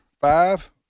five